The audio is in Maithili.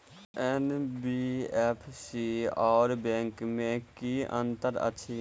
एन.बी.एफ.सी आओर बैंक मे की अंतर अछि?